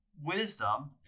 wisdom